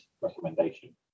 recommendation